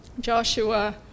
Joshua